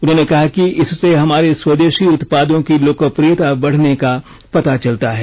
उन्होंने कहा कि इससे हमारे स्वदेशी उत्पादों की लोकप्रियता बढने का पता चलता है